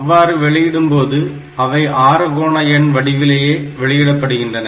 அவ்வாறு வெளியிடும் போது அவை ஆறுகோண எண் வடிவிலேயே வெளியிடப்படுகின்றன